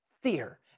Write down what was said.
Fear